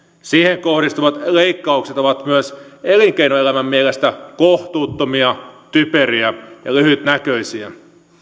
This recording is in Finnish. siihen kohdistuvat leikkaukset ovat myös elinkeinoelämän mielestä kohtuuttomia typeriä ja lyhytnäköisiä